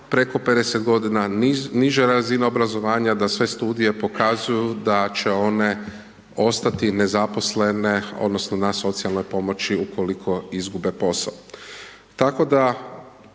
preko 50 g. niže razine obrazovanja, da sve studije pokazuju da će one ostati nezaposlene odnosno na socijalnoj pomoći ukoliko izgube posao